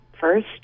first